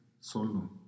solo